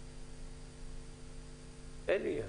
אין לי.